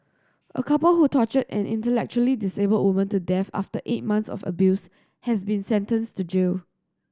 a couple who tortured an intellectually disabled woman to death after eight months of abuse has been sentenced to jail